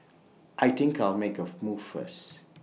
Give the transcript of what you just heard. I think I'll make A move first